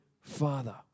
Father